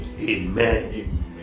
Amen